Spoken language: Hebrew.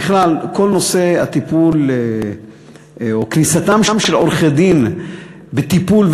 בכלל כל נושא הטיפול או כניסתם של עורכי-דין לטיפול,